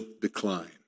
decline